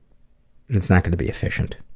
that's not going to be efficient.